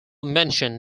mentioned